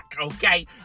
okay